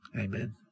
Amen